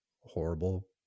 horrible